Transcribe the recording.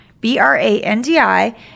B-R-A-N-D-I